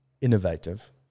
innovative